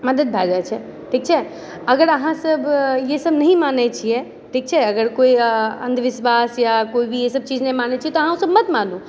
मदद भए जाइत छै ठीक छै अगर अहाँ सब इएह सब नही मानै छियै ठीक छै अगर कोइ अन्धविश्वास या कोइ भी इएह सब चीज नहि मानै छै तऽ अहाँ ओसब मत मानु